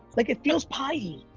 like, it feels pie-y.